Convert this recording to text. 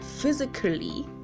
physically